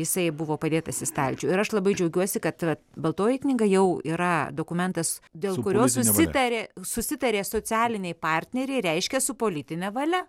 jisai buvo padėtas į stalčių ir aš labai džiaugiuosi kad baltoji knyga jau yra dokumentas dėl kurio susitarė susitarė socialiniai partneriai reiškia su politine valia